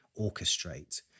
orchestrate